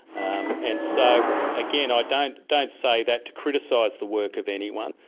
um and so again, i don't don't say that to criticise the work of anyone.